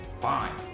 fine